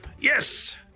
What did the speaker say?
yes